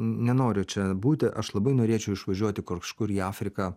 nenoriu čia būti aš labai norėčiau išvažiuoti kažkur į afriką